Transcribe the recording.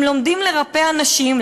הם לומדים לרפא אנשים,